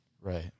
right